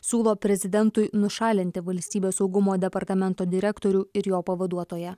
siūlo prezidentui nušalinti valstybės saugumo departamento direktorių ir jo pavaduotoją